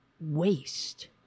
waste